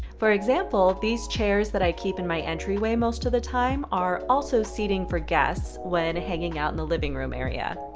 for example, these chairs that i keep in my entryway most of the time are also seating for guests when hanging out in the living room area.